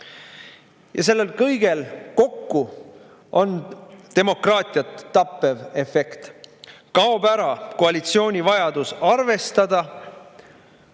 Sellel kõigel kokku on demokraatiat tappev efekt. Kaob ära koalitsiooni vajadus arvestada